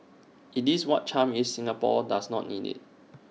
IT is what charm is Singapore does not need IT